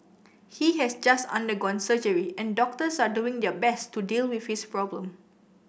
he has just undergone surgery and doctors are doing their best to deal with his problem